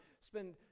spend